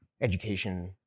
education